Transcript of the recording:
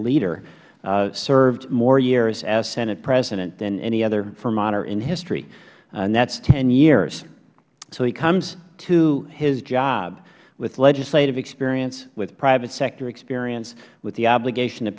served more years as senate president than any other vermonter in history and that is ten years so he comes to his job with legislative experience with private sector experience with the obligation to